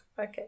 Okay